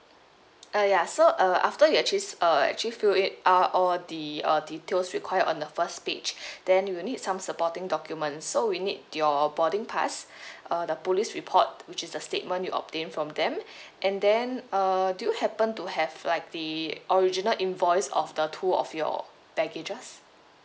ah ya so uh after you actually s~ uh actually fill it up all the uh details required on the first page then you will need some supporting documents so we need your boarding pass uh the police report which is the statement you obtain from them and then uh do you happen to have like the original invoice of the two of your baggages